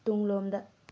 ꯇꯨꯡꯂꯣꯝꯗ